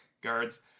guards